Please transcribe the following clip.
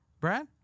Brad